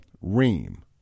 Ream